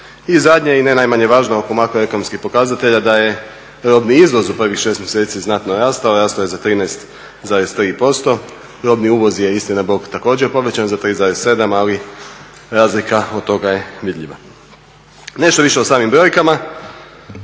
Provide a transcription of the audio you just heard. I zadnje i ne najmanje važno oko makroekonomskih pokazatelja da je robni izvoz u prvih 6 mjeseci znatno rastao, rastao je za 13,3%. Robni uvoz je istina bog također povećan za 3,7 ali razlika od toga je vidljiva. Nešto više o samim brojkama.